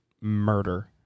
murder